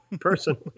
personally